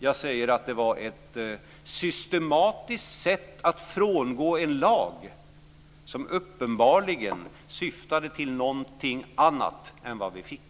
Jag säger att det var ett systematiskt sätt att frångå en lag som uppenbarligen syftade till någonting annat än det vi fick.